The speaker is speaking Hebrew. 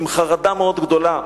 עם חרדה מאוד גדולה.